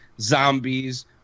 zombies